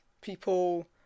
people